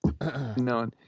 No